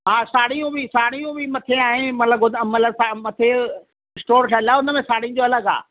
हा साड़ियूं बि साड़ियूं बि मथे आहिनि मतिलबु गोदाम मतिलबु मथे स्टोर ठहियलु आहे उन में साड़ियुनि जो अलॻि आहे